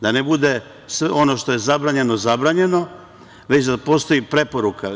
Da ne bude ono što je zabranjeno je zabranjeno, već da postoji preporuka.